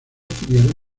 tuvieron